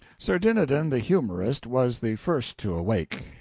sir dinadan the humorist was the first to awake,